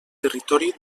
territori